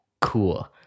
cool